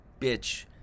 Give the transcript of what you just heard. bitch